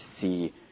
see